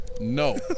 No